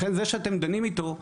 לכן זה שאתם דנים איתו,